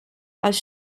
als